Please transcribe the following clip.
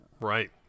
Right